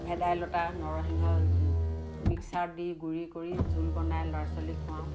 ভেদাইলতা নৰসিংহ মিক্সাৰত দি গুড়ি কৰি জোল বনাই ল'ৰা ছোৱালীক খুৱাওঁ